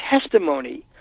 testimony